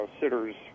sitters